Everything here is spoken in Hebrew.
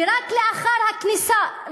ורק לאחר הכניסה,